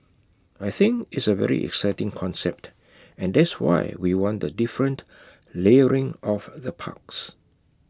I think it's A very exciting concept and that's why we want the different layering of the parks